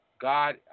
God